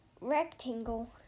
rectangle